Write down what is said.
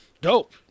Dope